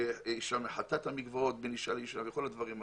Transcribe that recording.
אישה מחטאת את המקוואות בין אישה לאישה וכל הדברים האלה.